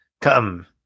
Come